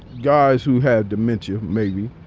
guys who have dementia, maybe.